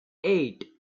eight